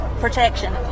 Protection